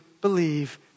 believe